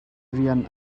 rian